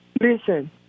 listen